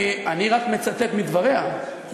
אני רק מצטט מדבריה,